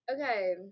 okay